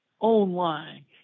online